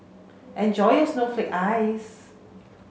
enjoy your snowflake ice